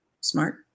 smart